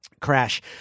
Crash